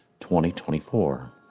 2024